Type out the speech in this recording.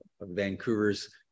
Vancouver's